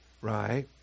right